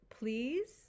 Please